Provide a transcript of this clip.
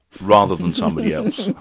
rather than somebody else?